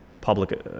public